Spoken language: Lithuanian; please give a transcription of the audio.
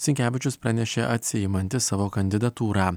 sinkevičius pranešė atsiimantis savo kandidatūrą